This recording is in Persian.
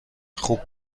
خوب